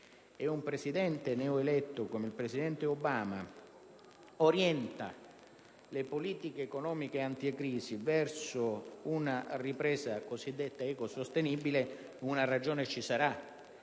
e un presidente neoeletto come Obama orienta le politiche economiche anticrisi verso una ripresa cosiddetta ecosostenibile, una ragione ci deve